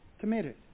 committed